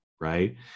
right